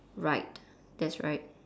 right that's right